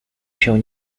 się